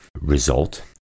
result